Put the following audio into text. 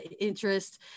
interest